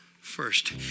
first